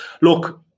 Look